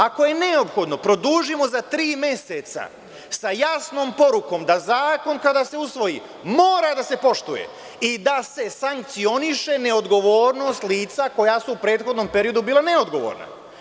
Ako je neophodno, produžimo za tri meseca sa jasnom porukom da zakon kada se usvoji, mora da se poštuje i da se sankcioniše neodgovornost lica koja su u prethodnom periodu bila neodgovorna.